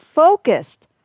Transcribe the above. Focused